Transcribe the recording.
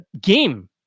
game